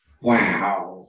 Wow